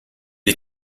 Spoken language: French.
est